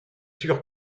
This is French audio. sûr